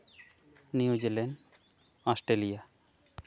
New Zealand Australia